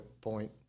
point